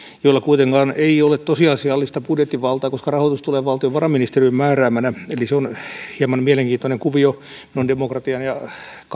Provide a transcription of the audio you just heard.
joilla kuitenkaan ei ole tosiasiallista budjettivaltaa koska rahoitus tulee valtiovarainministeriön määräämänä eli se on hieman mielenkiintoinen kuvio noin demokratian ja